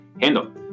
handle